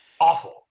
awful